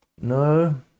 No